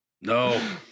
no